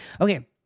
Okay